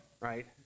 right